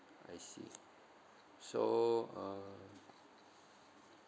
I see so uh